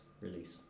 release